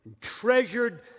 treasured